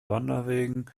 wanderwegen